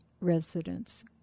residents